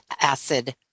acid